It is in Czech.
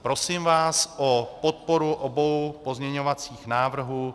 Prosím vás o podporu obou pozměňovacích návrhů.